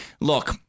look